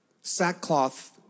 sackcloth